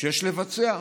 שיש לבצע.